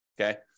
okay